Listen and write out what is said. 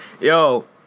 Yo